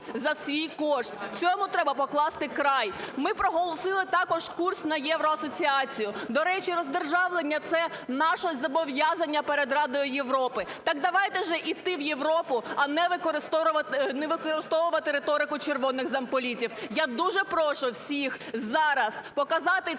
за свій кошт, цьому треба покласти край. Ми проголосили також курс на євроасоціацію, до речі, роздержавлення – це наше зобов'язання перед Радою Європи. Так давайте ж йти у Європу, а не використовувати риторику червоних замполітів. Я дуже прошу всіх зараз показати